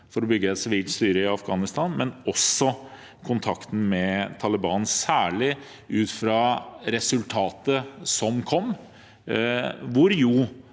for å bygge et sivilt styre i Afghanistan, og kontakten med Taliban, særlig ut fra resultatet som kom. Det